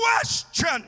question